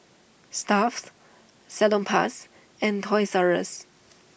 Stuff'd Salonpas and Toys R Us